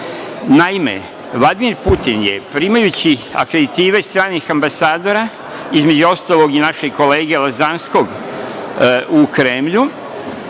sme. Naime, Vladimir Putin je primajući akreditive stranih ambasadora, između ostalog i našeg kolege Lazanskog u Kremlju,